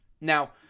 Now